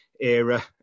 era